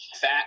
fat